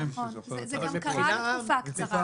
זה גם קרה למשך תקופה קצרה.